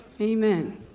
Amen